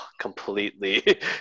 completely